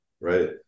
right